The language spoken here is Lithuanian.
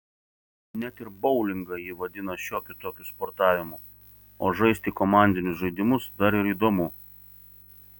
net ir boulingą ji vadina šiokiu tokiu sportavimu o žaisti komandinius žaidimus dar ir įdomu